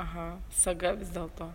aha saga vis dėlto